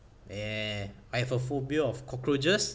eh I have a phobia of cockroaches